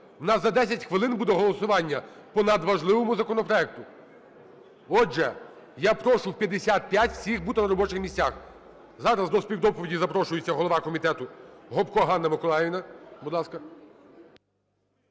У нас за 10 хвилин буде голосування по надважливому законопроекту. Отже, я прошу о 13:55 всіх бути на робочих місцях. Зараз до співдоповіді запрошується голова комітету Гопко Ганна Миколаївна.